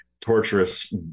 torturous